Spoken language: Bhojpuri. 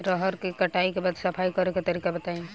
रहर के कटाई के बाद सफाई करेके तरीका बताइ?